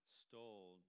stole